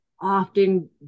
often